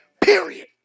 Period